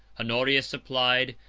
honorius supplied,